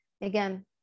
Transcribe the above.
again